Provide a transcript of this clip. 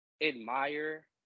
admire